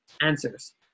answers